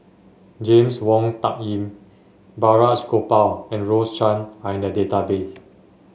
James Wong Tuck Yim Balraj Gopal and Rose Chan are in the database